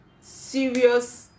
serious